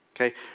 okay